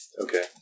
Okay